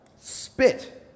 spit